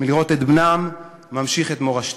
מלראות את בנם ממשיך את מורשתם.